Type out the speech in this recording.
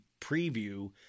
preview